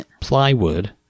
plywood